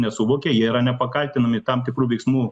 nesuvokia jie yra nepakaltinami tam tikrų veiksmų